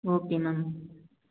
okay ma'am